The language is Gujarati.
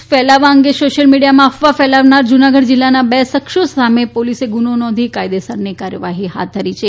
કોરોના વાયરસ ફેલાવા અંગે સોશિયલ મીડિયામાં અફવા ફેલાવનાર જૂનાગઢ જિલ્લાના બે શખ્સો સામે પોલીસે ગુનો નોંધી કાયદેસર ની કાર્યવાહી હાથ ધરી છે